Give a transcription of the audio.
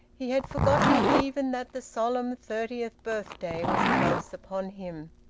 he had forgotten even that the solemn thirtieth birthday was close upon him.